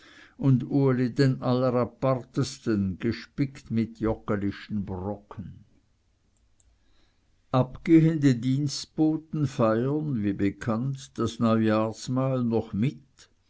und uli den allerapartesten gespickt mit joggelischen brocken abgehende dienstboten feiern wie bekannt das neujahrsmahl noch mit